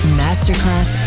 masterclass